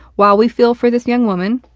while we feel for this young woman,